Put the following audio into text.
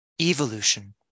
evolution